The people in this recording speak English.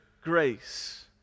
grace